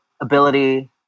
ability